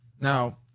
Now